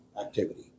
activity